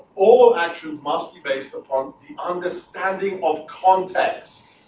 all actions must be based upon the understanding of context